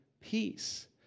peace